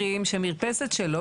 הערה שנייה שלי היא בנושא של,